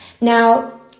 Now